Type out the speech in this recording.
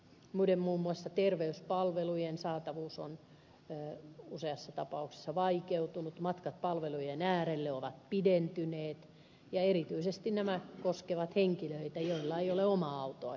muiden muassa terveyspalvelujen saatavuus on useassa tapauksessa vaikeutunut matkat palvelujen äärelle ovat pidentyneet ja erityisesti nämä koskevat henkilöitä joilla ei ole omaa autoa käytettävissä